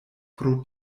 pro